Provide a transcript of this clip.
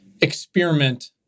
experiment